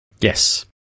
Yes